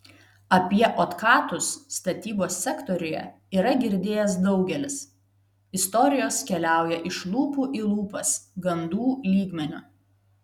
apie otkatus statybos sektoriuje yra girdėjęs daugelis istorijos keliauja iš lūpų į lūpas gandų lygmeniu